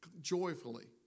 joyfully